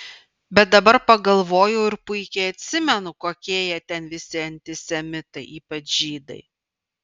bet dabar pagalvojau ir puikiai atsimenu kokie jie ten visi antisemitai ypač žydai